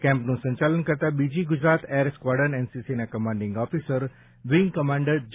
કેમ્પનું સંચાલન કરતા બીજી ગુજરાત એર સ્કવોડન એનસીસીના કમાન્ડિંગ ઓફિસ વિંગ કમાન્ડર જે